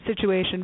situation